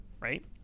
right